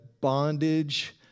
bondage